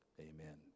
Amen